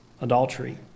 adultery